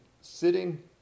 sitting